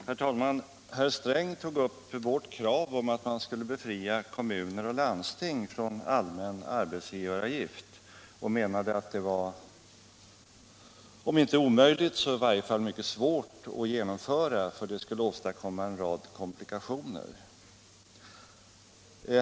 Herr talman! Herr Sträng tog upp vårt krav om att man skulle befria kommuner och landsting från allmän arbetsgivaravgift och menade att det var, om inte omöjligt, så i varje fall mycket svårt att genomföra, därför att det skulle åstadkomma en rad komplikationer.